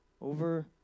over